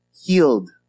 healed